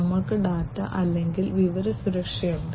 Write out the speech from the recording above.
ഞങ്ങൾക്ക് ഡാറ്റ അല്ലെങ്കിൽ വിവര സുരക്ഷയുണ്ട്